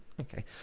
okay